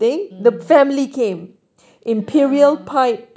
mm ya